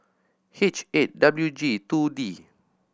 H eight W G Two D